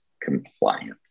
compliance